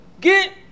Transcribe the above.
Get